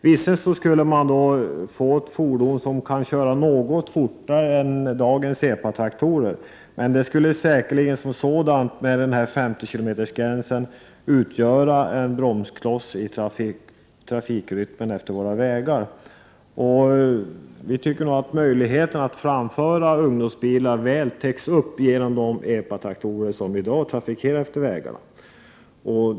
På så vis skulle man få ett fordon, som kan köras något fortare än dagens EPA-traktorer. Men fordonet skulle säkerligen med denna 50-kilometersgräns utgöra en bromskloss i trafikrytmen på våra vägar. Vi tycker att möjligheten att framföra ungdomsbilar framför allt täcks av de EPA-traktorer som i dag trafikerar vägarna.